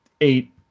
eight